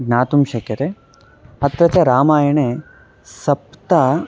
ज्ञातुं शक्यते अत्र च रामायणे सप्त